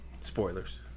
spoilers